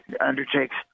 undertakes